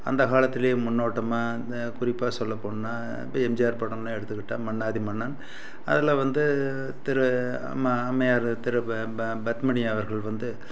அந்த காலத்தில் முன்னோட்டமாக இந்த குறிப்பாக சொல்லப்போனால் இப்போ எம்ஜிஆர் படம்னு எடுத்துக்கிட்டால் மன்னாதி மன்னன் அதில் வந்து திரு அம்ம அம்மையார் திரைப ப பத்மினி அவர்கள் வந்து